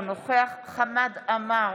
אינו נוכח חמד עמאר,